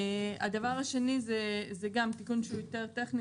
הדבר השני הוא תיקון טכני יותר,